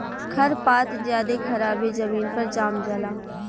खर पात ज्यादे खराबे जमीन पर जाम जला